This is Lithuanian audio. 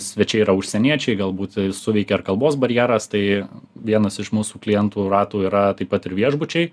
svečiai yra užsieniečiai galbūt suveikia ir kalbos barjeras tai vienas iš mūsų klientų ratų yra taip pat ir viešbučiai